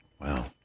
Wow